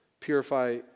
Purify